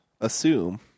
Assume